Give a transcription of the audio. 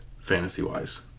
fantasy-wise